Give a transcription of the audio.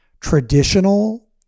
traditional